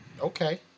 Okay